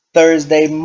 Thursday